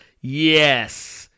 Yes